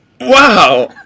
Wow